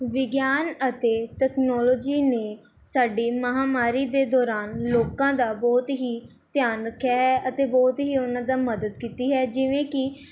ਵਿਗਿਆਨ ਅਤੇ ਤਕਨੋਲਜੀ ਨੇ ਸਾਡੀ ਮਹਾਮਾਰੀ ਦੇ ਦੌਰਾਨ ਲੋਕਾਂ ਦਾ ਬਹੁਤ ਹੀ ਧਿਆਨ ਰੱਖਿਆ ਹੈ ਅਤੇ ਬਹੁਤ ਹੀ ਉਨ੍ਹਾਂ ਦਾ ਮਦਦ ਕੀਤੀ ਹੈ ਜਿਵੇਂ ਕਿ